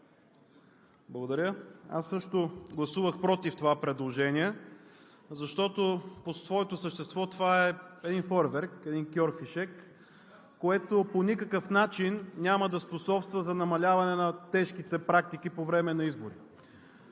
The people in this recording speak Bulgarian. Благодаря. Аз също гласувах против това предложение, защото по своето същество това е един фойерверк, един кьорфишек, което по никакъв начин няма да способства за намаляване на тежките практики по време на избори.